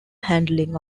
handling